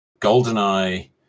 GoldenEye